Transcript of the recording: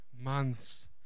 months